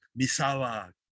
Misawa